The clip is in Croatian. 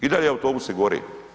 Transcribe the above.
I dalje autobusi gore.